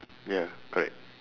ya correct